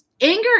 anger